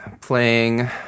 playing